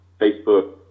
Facebook